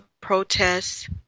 protests